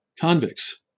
convicts